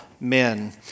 men